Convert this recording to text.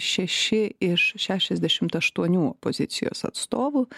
šeši iš šešiasdešimt aštuonių opozicijos atstovų